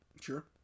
Sure